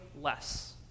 less